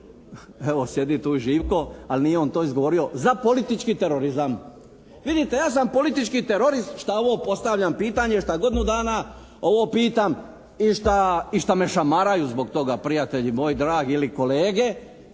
evo sjedi tu i Živko ali nije on to izgovorio, za politički terorizam. Vidite ja sam politički terorist šta ovo postavljam pitanje šta godinu dana ovo pitam i šta me šamaraju zbog toga prijatelji moji dragi ili kolege,